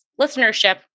listenership